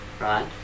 right